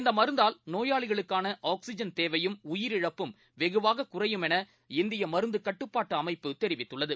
இந்தமருந்தால் நோயாளிகளுக்கானஆக்சிஜன்தேவையும்உயிரிழப்பும்வெகுவாககுறையும்எனஇந்திய மருந்துக்கட்டுப்பாட்டுஅமைப்புதெரிவித்துள்ளது